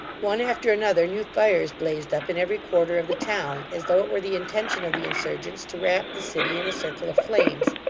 one after another, new fires blazed up in every quarter of the town, as though it were the intention of the insurgents to wrap the city in a circle of flames,